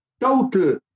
total